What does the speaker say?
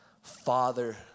Father